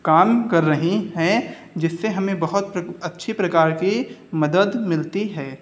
काम कर रही हैं जिससे हमें बहुत प्र अच्छे प्रकार की मदद मिलती है